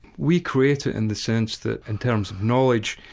we create it in the sense that in terms of knowledge,